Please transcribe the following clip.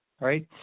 Right